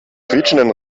quietschenden